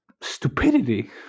stupidity